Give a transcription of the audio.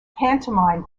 pantomime